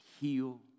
heal